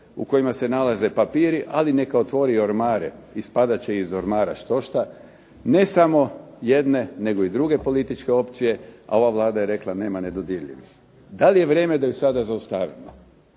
u kojima se nalaze papiri, ali neka otvori i ormare, ispadat će iz ormara štošta, ne samo jedne, nego i druge političke opcije, a ova Vlada je rekla nema nedodirljivih. Da li je vrijeme da ju sada zaustavimo?